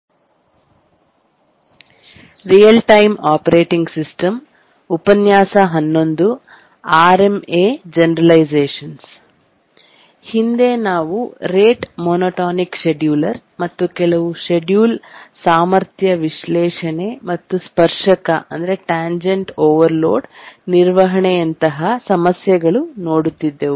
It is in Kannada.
ಆರ್ಎಂಎ ಜನರಲೈಸೇಶನ್ಸ್ ಹಿಂದೆ ನಾವು ರೇಟ್ ಮೋನೋಟೋನಿಕ್ ಶೆಡ್ಯೂಲರ್ ಮತ್ತು ಕೆಲವು ಶೆಡ್ಯೂಲ್ ಸಾಮರ್ಥ್ಯ ವಿಶ್ಲೇಷಣೆ ಮತ್ತು ಸ್ಪರ್ಶಕ ಥ್ಯಾಂಜೆಂಟ್ ಓವರ್ಲೋಡ್ ನಿರ್ವಹಣೆಯಂತಹ ಸಮಸ್ಯೆಗಳು ನೋಡುತ್ತಿದ್ದೆವು